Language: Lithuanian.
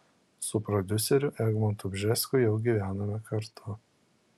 su prodiuseriu egmontu bžesku jau gyvename kartu